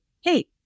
hey